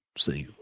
see?